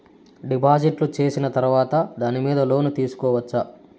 డిపాజిట్లు సేసిన తర్వాత దాని మీద లోను తీసుకోవచ్చా?